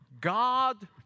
God